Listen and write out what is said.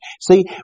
See